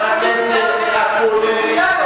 חבר הכנסת אקוניס,